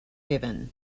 given